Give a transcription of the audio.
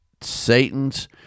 Satan's